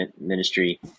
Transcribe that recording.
ministry